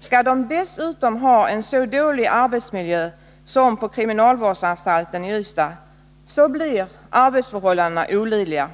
Skall de dessutom ha en så dålig arbetsmiljö som på kriminalvårdsanstalten i Ystad, så blir arbetsförhållandena olidliga.